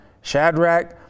Shadrach